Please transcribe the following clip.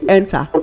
enter